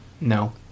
no